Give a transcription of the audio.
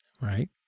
right